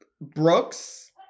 Brooks